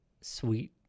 sweet